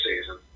season